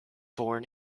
born